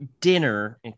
dinner